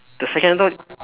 the second adult